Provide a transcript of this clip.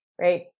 right